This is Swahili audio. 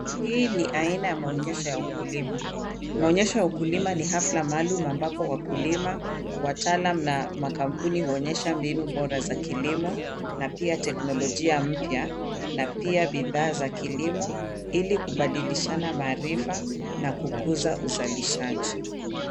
Hii ni aina ya maonyesho ya ukulima. Maonyesho ya ukulima ni hafla maalum ambapo wakulima, wataalam na makampuni huonyesha mbinu bora za kilimo, na pia teknolojia mpya, na pia bidhaa za kilimo ili kubadilishana maarifa na kukuza uzalishaji.